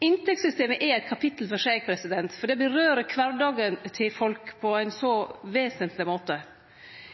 Inntektssystemet er eit kapittel for seg, for det berører kvardagen til folk på ein så vesentleg måte.